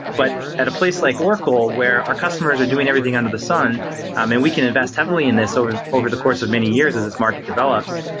but at a place like oracle where our customers are doing everything under the sun um and we can invest heavily in this over over the course of many years as its market develops,